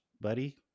buddy